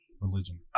Religion